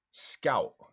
Scout